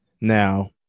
Now